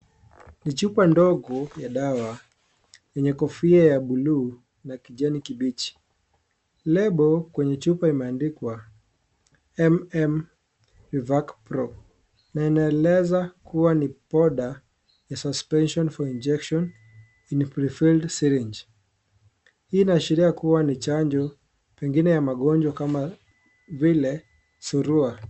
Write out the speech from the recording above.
Ni chupa ndogo ya dawa yenye kofia ya bluu na kijani kibichi. Lebo kwenye chupa imeandikwa "MMR vacc Pro" na inaeleza kuwa ni boda ya suspension for injection in pre filled syringe . Hii inaashiria kuwa ni chanjo pengine ya magonjwa kama vile Surua.